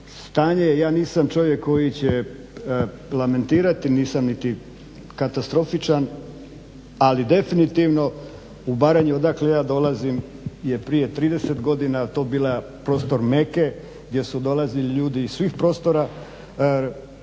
Stanje, ja nisam čovjek koji će lamentirati nisam niti katastrofičan ali definitivno u Baranju odakle ja dolazim je prije 30 godina to bila prostor meke gdje su dolazi ljudi iz svih prostora